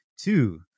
two